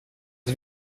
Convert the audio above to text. att